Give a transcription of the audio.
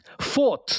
Fourth